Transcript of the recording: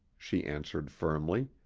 she answered firmly.